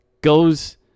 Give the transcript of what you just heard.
goes